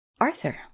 Arthur